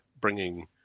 bringing